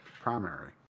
primary